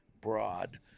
broad